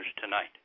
tonight